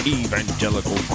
evangelical